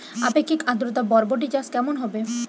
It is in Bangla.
আপেক্ষিক আদ্রতা বরবটি চাষ কেমন হবে?